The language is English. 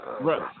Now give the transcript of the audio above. right